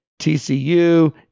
TCU